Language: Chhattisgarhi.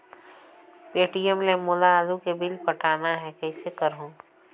पे.टी.एम ले मोला आलू के बिल पटाना हे, कइसे करहुँ?